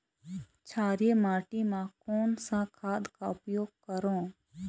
क्षारीय माटी मा कोन सा खाद का उपयोग करों?